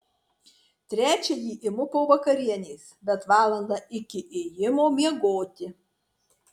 trečiąjį imu po vakarienės bet valandą iki ėjimo miegoti